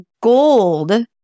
gold